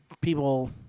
people